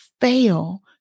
fail